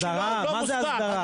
העדר שלו מוסדר.